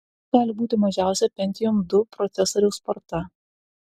kokia gali būti mažiausia pentium ii procesoriaus sparta